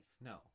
No